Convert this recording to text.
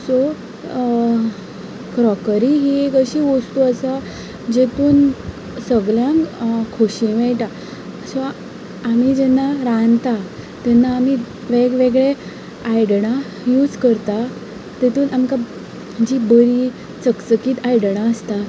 so crockery ही एक अशी वस्तू आसा जितून सगळ्यांक खुशी मेळटा सो आमी जेन्ना रांदता तेन्ना आमी वेग वेगळे आयदनां यूज करता तितूंत आमकां जीं बरीं चकचकीत आयदनां आसता